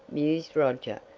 mused roger,